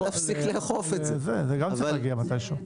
זה גם צריך להגיע מתישהו.